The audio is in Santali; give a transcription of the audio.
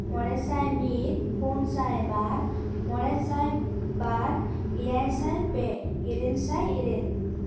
ᱢᱚᱬᱮᱥᱟᱭ ᱢᱤᱫ ᱯᱩᱱ ᱥᱟᱭᱵᱟᱨ ᱢᱚᱬᱮᱥᱟᱭ ᱵᱟᱨ ᱮᱭᱟᱭᱥᱟᱭ ᱯᱮ ᱤᱨᱟᱹᱞ ᱥᱟᱭ ᱤᱨᱟᱹᱞ